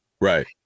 Right